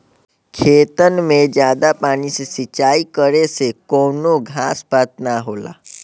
खेतन मे जादा पानी से सिंचाई करे से कवनो घास पात ना होला